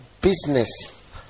business